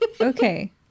okay